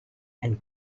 and